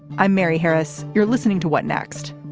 i'm mary harris. you're listening to what next.